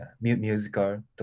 musical